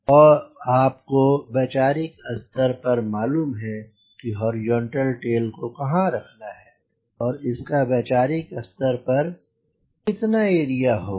अब आपको वैचारिक स्तर पर मालूम है कि हॉरिजॉन्टल टेल को कहाँ रखना है और इसका वैचारिक स्तर पर कितना एरिया होगा